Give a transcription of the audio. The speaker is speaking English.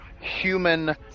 human